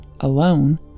alone